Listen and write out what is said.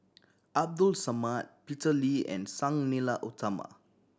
Abdul Samad Peter Lee and Sang Nila Utama